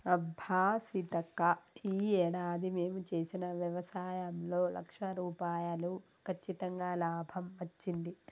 అబ్బా సీతక్క ఈ ఏడాది మేము చేసిన వ్యవసాయంలో లక్ష రూపాయలు కచ్చితంగా లాభం వచ్చింది